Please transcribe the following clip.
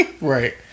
right